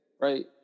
right